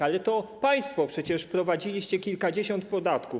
Ale to państwo przecież wprowadziliście kilkadziesiąt podatków.